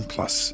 Plus